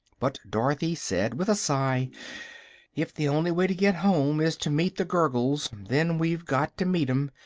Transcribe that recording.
but dorothy said with a sigh if the only way to get home is to meet the gurgles, then we've got to meet em.